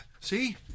See